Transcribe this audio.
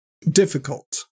difficult